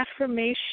affirmation